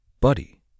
Buddy